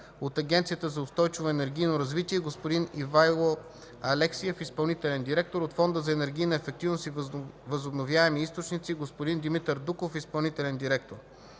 от Агенцията за устойчиво енергийно развитие – господин Ивайло Алексиев – изпълнителен директор, от Фонда за енергийна ефективност и възобновяеми източници – господин Димитър Дуков – изпълнителен директор.